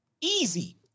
Easy